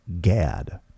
Gad